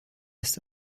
ist